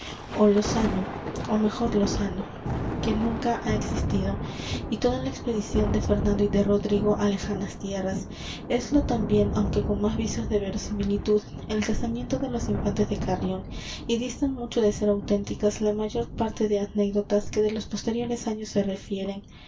ó lozano ó mejor lozano que nunca ha existido y toda la expedición de fernando y de rodrigo á lejanas tierras eslo también aunque con más visos de verosimilitud el casamiento de los infantes de carrión y distan mucho de ser auténticas la mayor parte de anécdotas que de los posteriores años se refieren